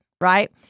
Right